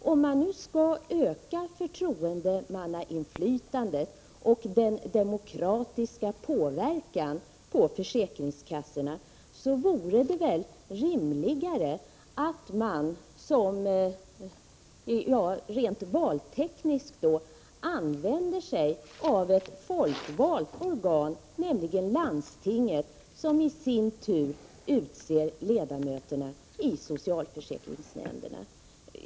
Om man skall öka förtroendemannainflytandet och den demokratiska påverkan på försäkringskassorna, vore det väl rimligare att man, rent valtekniskt då, låter ett folkvalt organ, nämligen landstinget, utse ledamöterna i socialförsäkringsnämnden.